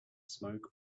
smoke